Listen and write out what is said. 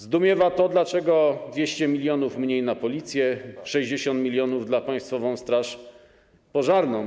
Zdumiewa to, dlaczego jest 200 mln mniej na Policję, 60 mln - na Państwową Straż Pożarną.